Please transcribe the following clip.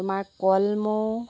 তোমাৰ কলমৌ